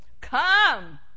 Come